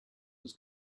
was